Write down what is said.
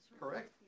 correct